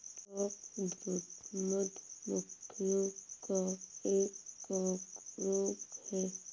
chalkbrood, मधु मक्खियों का एक कवक रोग है